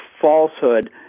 falsehood